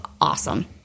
awesome